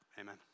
Amen